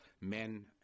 men